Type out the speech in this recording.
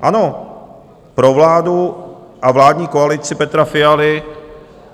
Ano, pro vládu a vládní koalici Petra Fialy